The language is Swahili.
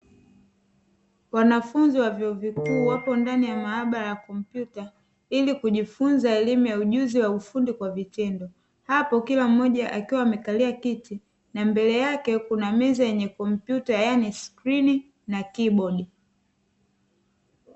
Wanafunzi wa vyuo vikuu wapo ndani ya maabara ya kompyuta, ili kujifunza elimu ya ujuzi wa ufundi kwa vitendo, hapo kila mmoja akiwa amekalia kiti na mbele yake kuna meza yenye kompyuta yaani skrini na kibodi.